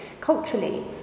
culturally